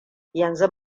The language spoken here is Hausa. yanzu